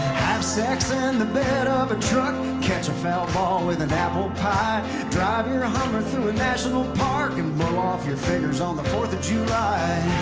sex in the bed ah of a truck catch a foul ball in an apple pie drive your hummer through a national park and blow off your fingers on the fourth of july